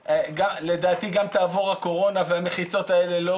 לדעתי גם תעבור הקורונה והמחיצות האלה לא